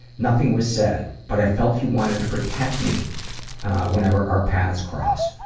nothing was said but i felt he wanted to protect me whenever our paths crossed.